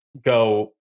go